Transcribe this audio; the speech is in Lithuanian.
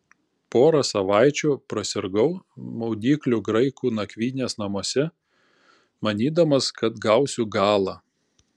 porą savaičių prasirgau maudyklių graikų nakvynės namuose manydamas kad gausiu galą